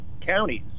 counties